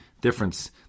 difference